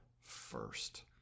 first